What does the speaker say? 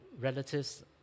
relatives